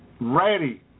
ready